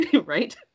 Right